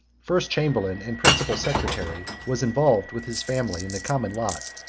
first chamberlain and principal secretary, was involved with his family in the common lot.